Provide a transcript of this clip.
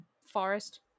Forest